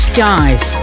Skies